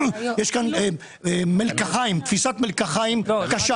יש כאן תפיסת מלקחיים קשה.